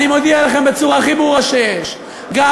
אני מודיע לכם בצורה הכי ברורה שיש: גם